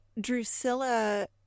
Drusilla